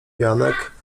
janek